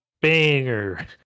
banger